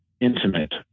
intimate